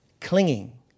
clinging